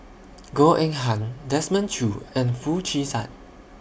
Goh Eng Han Desmond Choo and Foo Chee San